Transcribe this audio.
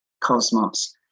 cosmos